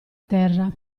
terra